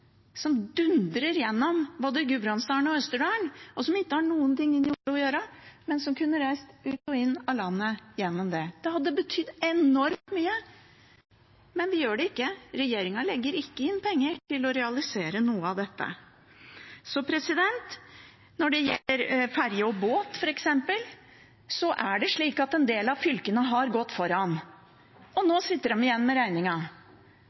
som dundrer gjennom Gudbrandsdalen og Østerdalen, og som ikke har noen ting inn i Oslo å gjøre, men som kunne reist ut og inn av landet. Det hadde betydd enormt mye, men vi gjør det ikke. Regjeringen legger ikke inn penger til å realisere noe av dette. Når det gjelder ferje og båt, er det slik at en del av fylkene har gått foran. Nå sitter de igjen med